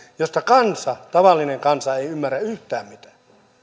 joista kansa tavallinen kansa ei ymmärrä yhtään mitään